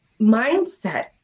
mindset